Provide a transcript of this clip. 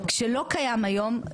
שלא קיים היום.